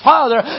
Father